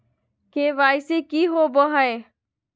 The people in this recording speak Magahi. के.वाई.सी की होबो है?